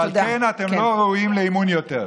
ועל כן אתם לא ראויים לאמון יותר.